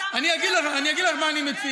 אתה מציע, אני אגיד לך מה אני מציע.